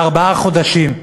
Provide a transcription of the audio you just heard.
בארבעה חודשים,